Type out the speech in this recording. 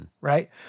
right